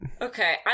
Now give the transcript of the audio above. Okay